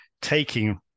taking